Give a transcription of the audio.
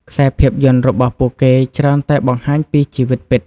ខ្សែភាពយន្ដរបស់ពួកគេច្រើនតែបង្ហាញពីជីវិតពិត។